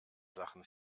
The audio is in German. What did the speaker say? sachen